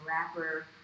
rapper